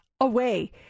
away